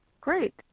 Great